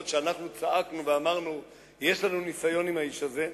אף שאנחנו צעקנו ואמרנו שיש לנו ניסיון עם האיש הזה,